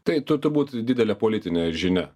tai tu turbūt didelė politinė žinia